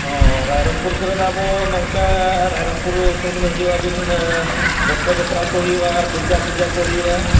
ᱦᱮᱸ ᱨᱟᱭᱨᱚᱢᱯᱩᱨ ᱠᱚᱨᱮ ᱫᱚ ᱟᱵᱚ ᱱᱚᱝᱠᱟ ᱨᱟᱭᱨᱚᱢᱯᱩᱨ ᱥᱮᱱ ᱵᱤᱱ ᱦᱤᱡᱩᱜᱼᱟ ᱨᱚᱛᱷᱚ ᱡᱟᱛᱨᱟ ᱠᱚ ᱦᱩᱭᱩᱜᱼᱟ ᱫᱩᱨᱜᱟ ᱯᱩᱡᱟᱹ ᱠᱚ ᱦᱩᱭᱩᱜᱼᱟ